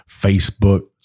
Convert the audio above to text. Facebook